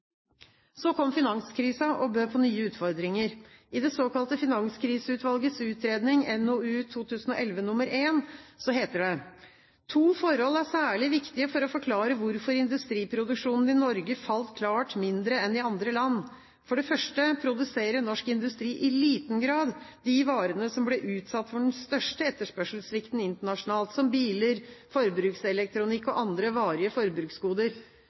Så kom finanskrisen og bød på nye utfordringer. I det såkalte Finanskriseutvalgets utredning, NOU 2011:1, heter det: «To forhold er særlig viktige for å forklare hvorfor industriproduksjonen i Norge falt klart mindre enn i andre land. For det første produserer norsk industri i liten grad de varene som ble utsatt for den største etterspørselssvikten internasjonalt, som biler, forbrukselektronikk og andre varige forbruksgoder.